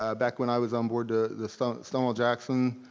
ah back when i was onboard the stonewall stonewall jackson,